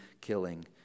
killing